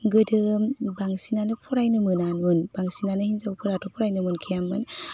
गोदो बांसिनानो फरायनो मोनामोन बांसिनानो हिन्जावफोराथ' फरायनो मोनखायामोन